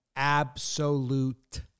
Absolute